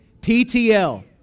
PTL